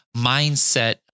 mindset